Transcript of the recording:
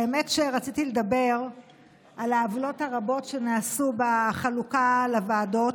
האמת שרציתי לדבר על העוולות הרבות שנעשו בחלוקה לוועדות,